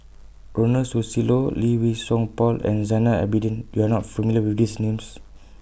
Ronald Susilo Lee Wei Song Paul and Zainal Abidin YOU Are not familiar with These Names